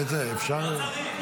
אפשר?